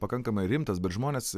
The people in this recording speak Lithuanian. pakankamai rimtas bet žmonės